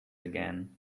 again